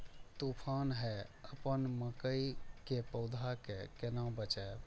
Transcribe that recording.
तुफान है अपन मकई के पौधा के केना बचायब?